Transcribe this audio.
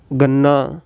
ਗੰਨਾ